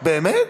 באמת?